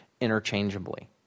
interchangeably